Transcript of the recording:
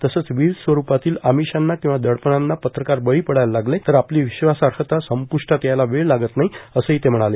तसंच विविध स्वरूपातील आमिशांना किंवा दडपणांना पत्रकार बळी पडायला लागले तर आपली विश्वासार्हता संप्ष्टात यायला वेळ लागत नाही असंही ते म्हणाले